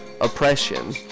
oppression